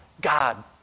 God